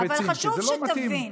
כי זה לא מתאים,